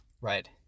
Right